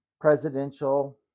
presidential